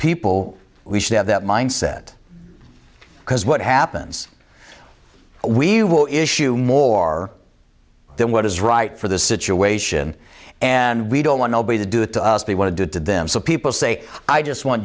people we should have that mindset because what happens we will issue more than what is right for the situation and we don't want nobody to do it to us we want to do to them so people say i just want